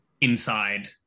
inside